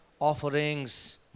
offerings